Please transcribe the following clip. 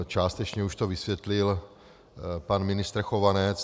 Částečně už to vysvětlil pan ministr Chovanec.